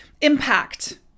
impact